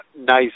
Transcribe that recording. nice